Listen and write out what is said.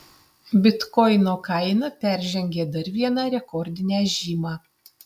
bitkoino kaina peržengė dar vieną rekordinę žymą